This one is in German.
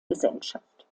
gesellschaft